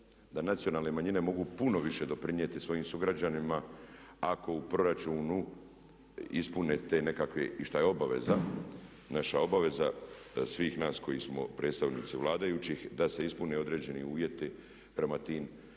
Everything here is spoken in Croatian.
da nacionalne manjine mogu puno više doprinijeti svojim sugrađanima ako u proračunu ispune te nekakve, i što je obaveza, naša obveza svih nas koji smo predstavnici vladajućih, da se ispune određeni uvjeti prema tim